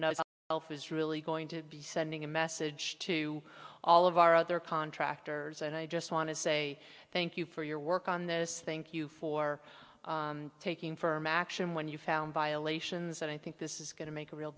that is really going to be sending a message to all of our other contractors and i just want to say thank you for your work on this thank you for taking firm action when you found violations that i think this is going to make a real